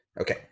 okay